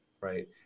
right